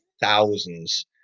thousands